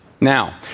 Now